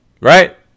right